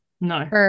No